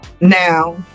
now